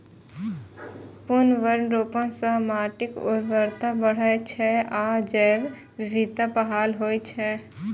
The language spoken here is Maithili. पुनर्वनरोपण सं माटिक उर्वरता बढ़ै छै आ जैव विविधता बहाल होइ छै